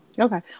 Okay